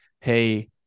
hey